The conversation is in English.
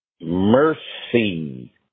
Mercy